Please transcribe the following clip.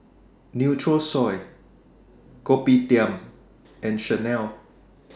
Nutrisoy Kopitiam and Chanel